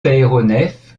aéronef